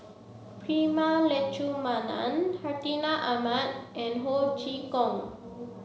Prema Letchumanan Hartinah Ahmad and Ho Chee Kong